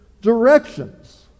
directions